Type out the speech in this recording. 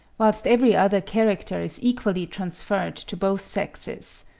whilst every other character is equally transferred to both sexes.